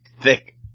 thick